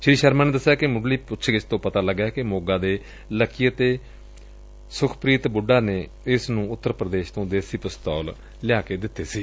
ਸ੍ਰੀ ਸ਼ਰਮਾ ਨੇ ਦਸਿਆ ਕਿ ਮੁੱਢਲੀ ਪੁੱਛਗਿੱਛ ਤੋਂ ਪਤਾ ਲੱਗੈ ਕਿ ਸੋਗਾ ਦੇ ਲੱਕੀ ਅਤੇ ਸਖਪ੍ਰੀਤ ਬੁੱਢਾ ਨੇ ਇਸ ਨੁੰ ਉਤਰ ਪ੍ਰਦੇਸ਼ ਤੋਂ ਦੇਸ਼ੀ ਪਿਸਤੌਲ ਭੇਜੇ ਸਨ